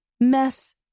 mess